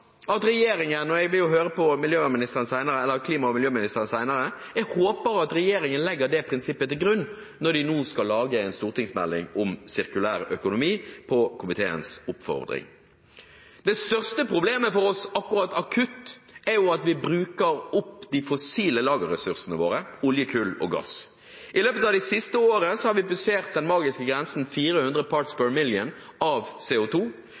at regjeringen – og jeg vil jo høre på klima- og miljøministeren senere – legger det prinsippet til grunn når den nå skal lage en stortingsmelding om sirkulær økonomi, på komiteens oppfordring. Det største, akutte problemet for oss akkurat nå, er at vi bruker opp de fossile lagerressursene våre, olje, kull og gass. I løpet av det siste året har vi passert den magiske grensen på 400